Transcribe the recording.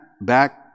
back